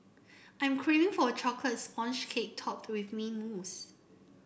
I'm craving for a chocolate sponge cake topped with mint mousse